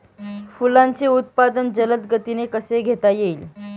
फुलांचे उत्पादन जलद गतीने कसे घेता येईल?